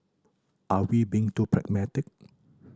are we being too pragmatic